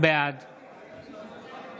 בעד